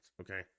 Okay